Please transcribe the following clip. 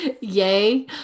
Yay